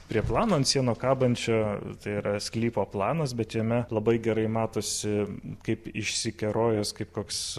prie plano ant sienų kabančio tai yra sklypo planas bet jame labai gerai matosi kaip išsikerojęs kaip koks